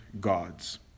gods